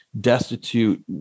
destitute